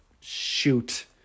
shoot